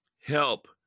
help